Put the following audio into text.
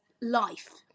life